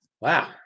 Wow